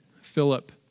Philip